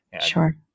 Sure